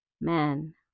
man